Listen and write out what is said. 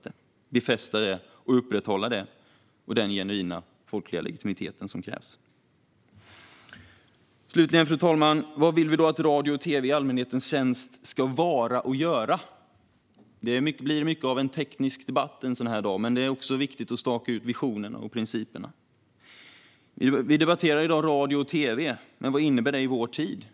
Det handlar om att befästa och upprätthålla förtroendet samt den genuina folkliga legitimitet som krävs. För det tredje: Vad vill vi då att radio och tv i allmänhetens tjänst ska vara och göra, fru talman? Det blir mycket av en teknisk debatt en dag som denna, men det är också viktigt att staka ut visionerna och principerna. Vi debatterar i dag radio och tv, men vad innebär det i vår tid?